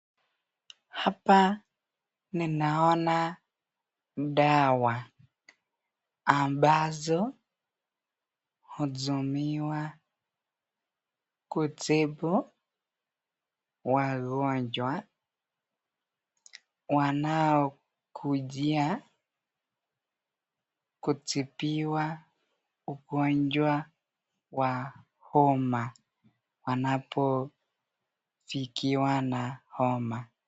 Hapa ninaona dawa, ambazo hutumiwa kutibu wagonjwa wanaokujia, kutibiwa ugonjwa wa homa wanapofikiwa na homa.